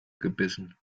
gebissen